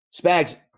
Spags